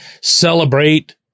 celebrate